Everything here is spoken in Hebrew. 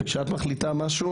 וכשאת מחליטה משהו